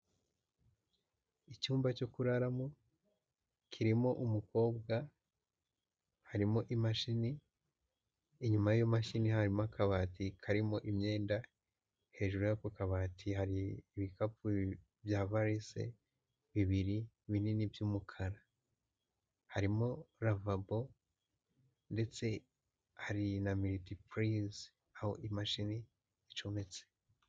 Icyumba cyo kuraramo, kirimo umukobwa, harimo imashini, inyuma y'iyo mashini harimo akabati karimo imyenda, hejuru y'ako kabati hari ibikapu bya varise bibiri binini by'umukara. Harimo ravabo, ndetse hari na miritipurize aho imashini icometse.